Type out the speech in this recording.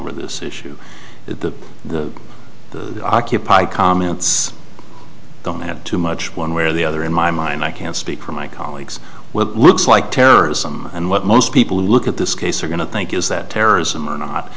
over this issue the occupy comments come at too much one way or the other in my mind i can't speak for my colleagues with looks like terrorism and what most people who look at this case are going to think is that terrorism or not